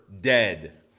dead